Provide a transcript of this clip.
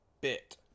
bit